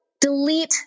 delete